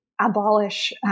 abolish